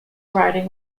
riding